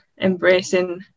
embracing